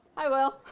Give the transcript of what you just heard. hi will